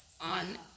on